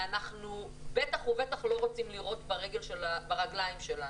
ואנחנו בטח ובטח לא רוצים לירות ברגליים שלנו.